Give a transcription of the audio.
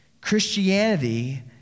Christianity